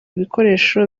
ibikoresho